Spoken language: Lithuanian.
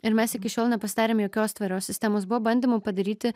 ir mes iki šiol nepasidarėm jokios tvarios sistemos buvo bandymų padaryti